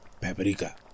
paprika